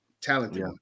Talented